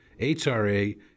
HRA